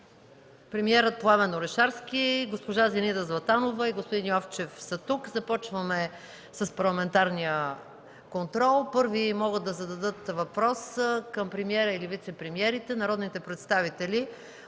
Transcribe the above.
премиерът Пламен Орешарски, госпожа Зинаида Златанова и господин Йовчев са тук. Започваме с Парламентарния контрол. Първи могат да зададат въпрос към премиера или вицепремиерите народните представители